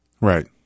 Right